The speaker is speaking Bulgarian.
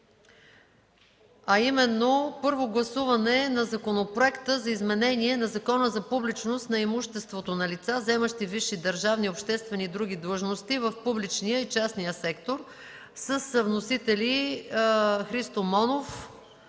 на първо гласуване Законопроект за изменение на Закона за публичност на имуществото на лица, заемащи висши държавни, обществени и други длъжности в публичния и частния сектор, № 354-01-27, внесен от Христо Монов,